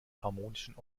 harmonischen